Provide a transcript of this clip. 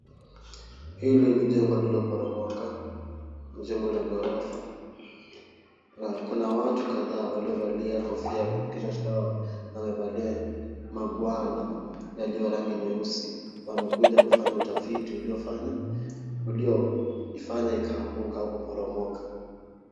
Hili ni jengo lililoporomoka, ni jengo la gorofa. Kuna watu kadhaa waliovalia kofia kwenye kichwa chao na wamevalia maguanda. Yaliyo rangi nyeusi. Wamekuja kufanya utafiti uliofanywa ulioifanya ikaanguka huku poromoka.